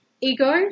ego